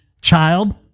child